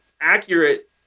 accurate